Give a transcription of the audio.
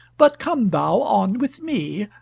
but come thou on with me,